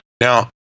Now